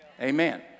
Amen